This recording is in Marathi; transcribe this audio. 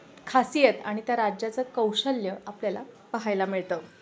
खासियत आणि त्या राज्याचं कौशल्य आपल्याला पाहायला मिळतं